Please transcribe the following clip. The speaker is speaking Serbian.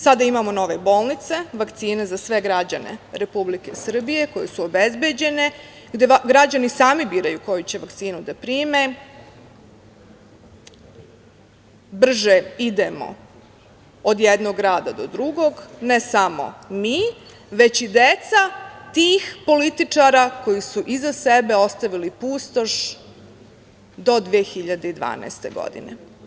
Sada imamo nove bolnice, vakcine za sve građane Republike Srbije koje su obezbeđene, građani sami biraju koju će vakcinu da prime, brže idemo od jednog grada do drugog ne samo mi već i deca tih političara koju su iza sebe ostavili pustoš do 2012. godine.